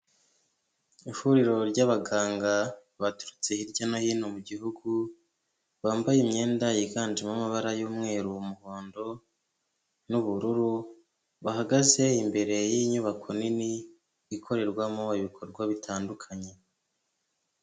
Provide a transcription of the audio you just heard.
Ihuriro ry'abaganga baturutse hirya no hino mu gihugu, bambaye imyenda yiganjemo amabara y'umweru, umuhondo, n'ubururu, bahagaze imbere y'inyubako nini ikorerwamo ibikorwa bitandukanye.